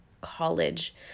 college